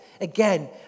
again